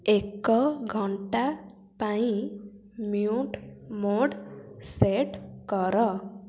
ଏକ ଘଣ୍ଟା ପାଇଁ ମ୍ୟୁଟ୍ ମୋଡ଼୍ ସେଟ୍ କର